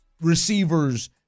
receivers